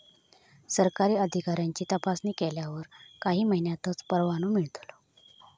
सरकारी अधिकाऱ्यांची तपासणी केल्यावर काही महिन्यांतच परवानो मिळतलो